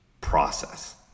process